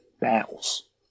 battles